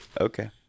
Okay